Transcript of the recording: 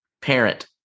parent